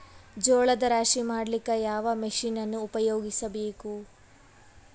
ಜೋಳದ ರಾಶಿ ಮಾಡ್ಲಿಕ್ಕ ಯಾವ ಮಷೀನನ್ನು ಉಪಯೋಗಿಸಬೇಕು?